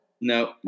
No